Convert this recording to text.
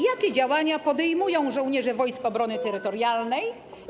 Jakie działania podejmują żołnierze Wojsk Obrony Terytorialnej?